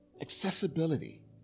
accessibility